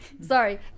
sorry